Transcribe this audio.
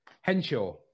Henshaw